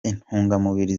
intungamubiri